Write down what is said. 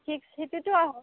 six